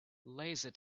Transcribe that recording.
laser